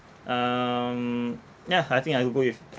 um yeah I think I'll go with